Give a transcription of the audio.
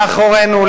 מאחורינו,